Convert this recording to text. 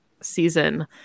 season